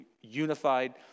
unified